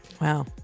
Wow